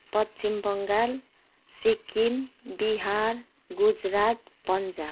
Paschim Bangal Sikkim Bihar Gujarat Punjab